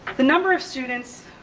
the number of students